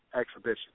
exhibition